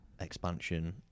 expansion